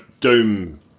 Doom